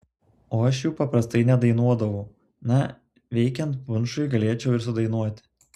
o aš jų paprastai nedainuodavau na veikiant punšui galėčiau ir sudainuoti